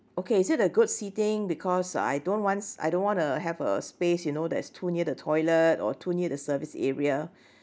okay is it a good seating because I don't wants I don't wanna have a space you know that is too near the toilet or too near the service area